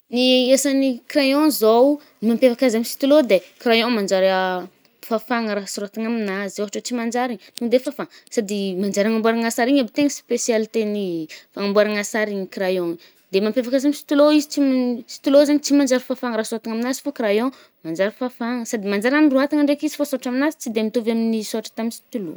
Ny asan’ny crayon zao, mampiavaka azy amy stylo de crayon manjary fafagna raha soratgny aminazy. Ôhatra tsy manjary i, to de fafà, sady i agnamboàragna sary igny aby tegna spécialté-ny amboàragna sary igny crayon i. De mampiavaka azy amy stylo, izy tsy stylo zaigny tsy manjary fafagna raha soratagna aminazy fô crayon, manjary fafagna sady manjary androàtagna ndraiky izy fô sôratra aminazy tsy de mitôvy amin’ny sôratra tamin’ny stylo.